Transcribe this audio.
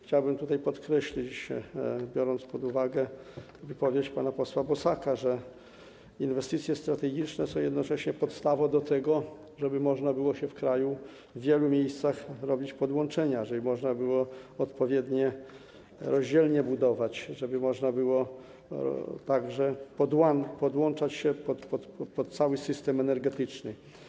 Chciałbym tutaj podkreślić, biorąc pod uwagę wypowiedź pana posła Bosaka, że inwestycje strategiczne są jednocześnie podstawą do tego, żeby można było w kraju w wielu miejscach robić podłączenia, żeby można było odpowiednie rozdzielnie budować, żeby można było także podłączać się pod cały system energetyczny.